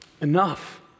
enough